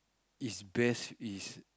is best is